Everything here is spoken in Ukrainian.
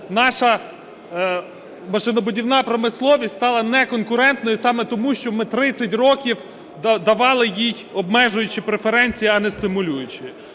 наша машинобудівна промисловість стала неконкурентною саме тому, що ми 30 років давали їй обмежуючі преференції, а не стимулюючі.